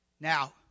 Now